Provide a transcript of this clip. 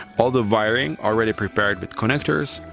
all the wiring already prepared with connectors,